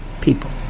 people